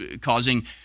causing